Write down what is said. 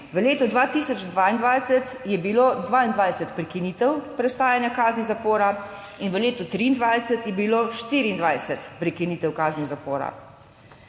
v letu 2022 je bilo 22 prekinitev prestajanja kazni zapora in v letu 2023 je bilo 24 prekinitev kazni zapora.